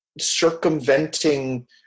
circumventing